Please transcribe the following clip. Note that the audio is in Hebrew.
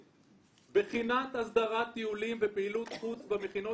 בחינת הסדרת טיולים ופעילות חוץ במכינות